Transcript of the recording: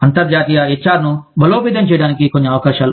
అంతర్జాతీయ హెచ్ఆర్ ను బలోపేతం చేయడానికి కొన్ని అవకాశాలు